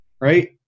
right